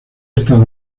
estado